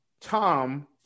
Tom